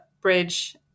bridge